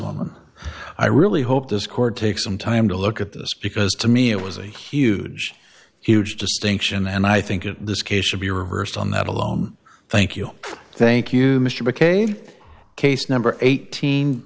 one i really hope this court takes some time to look at this because to me it was a huge huge distinction and i think it this case should be reversed on that alone thank you thank you mr mckay case number eighteen